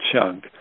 chunk